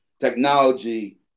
Technology